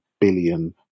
billion